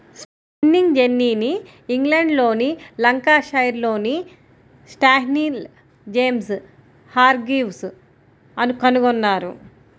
spinning జెన్నీని ఇంగ్లండ్లోని లంకాషైర్లోని స్టాన్హిల్ జేమ్స్ హార్గ్రీవ్స్ కనుగొన్నారు